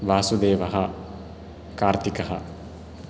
वासुदेवः कार्तिकः